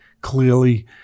clearly